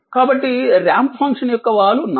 కాబట్టి ramp function యొక్క వాలు 4